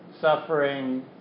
suffering